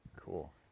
cool